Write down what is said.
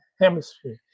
Hemisphere